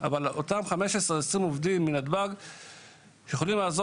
אלא ב-15 או 20 עובדים מנתב"ג שיכולים לעזור